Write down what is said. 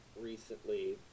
recently